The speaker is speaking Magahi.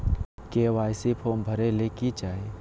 के.वाई.सी फॉर्म भरे ले कि चाही?